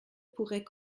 pourrait